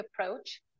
approach